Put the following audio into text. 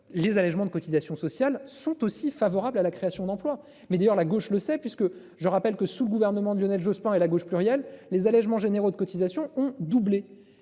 Les allégements de cotisations sociales sont aussi favorables à la création d'emplois mais d'ailleurs la gauche le sait puisque je rappelle que sous le gouvernement de Lionel Jospin et la gauche plurielle. Les allégements généraux de cotisations ont doublé